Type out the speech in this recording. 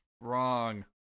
Wrong